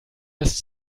das